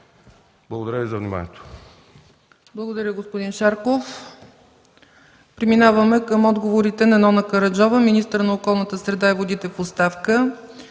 Благодаря Ви за вниманието.